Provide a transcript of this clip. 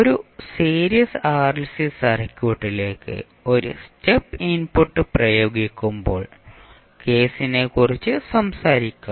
ഒരു series RLC സർക്യൂട്ടിലേക്ക് ഒരു സ്റ്റെപ്പ് ഇൻപുട്ട് പ്രയോഗിക്കുമ്പോൾ കേസിനെക്കുറിച്ച് സംസാരിക്കാം